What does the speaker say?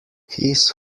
his